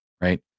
right